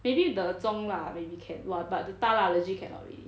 maybe the 中辣 maybe can !wah! but the 大辣 legit cannot already